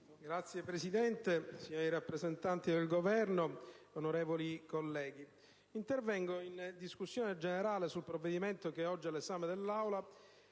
Signor Presidente, signori rappresentanti del Governo, onorevoli colleghi, intervengo in discussione generale sul provvedimento che oggi è all'esame dell'Aula,